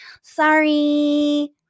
sorry